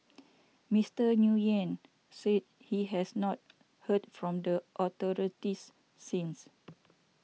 Mister Nguyen said he has not heard from the authorities since